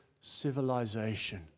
civilization